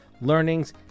learnings